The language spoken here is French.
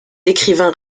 écrivains